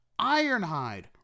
ironhide